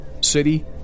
city